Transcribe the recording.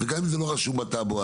וגם אם זה לא רשום עליו בטאבו.